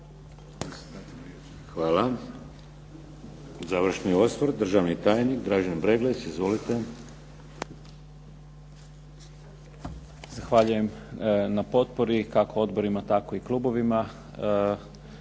Hvala. Završni osvrt, državni tajnik Dražen Breglec. Izvolite. **Breglec, Dražen** Zahvaljujem na potpori, kako odborima, tako i klubovima.